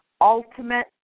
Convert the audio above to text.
Ultimate